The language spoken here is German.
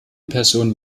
person